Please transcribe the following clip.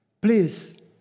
Please